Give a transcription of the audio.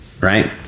right